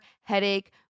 headache